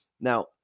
Now